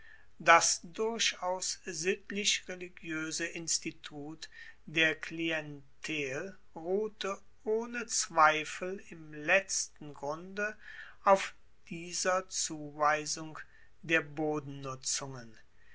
das durchaus sittlich religioese institut der klientel ruhte ohne zweifel im letzten grunde auf dieser zuweisung der